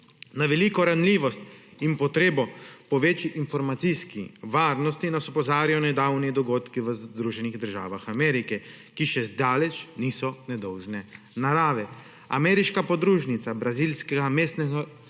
Na veliko ranljivost in potrebo po večji informacijski varnosti nas opozarjajo nedavni dogodki v Združenih državah Amerike, ki še zdaleč niso nedolžne narave. Ameriška podružnica brazilskega mestno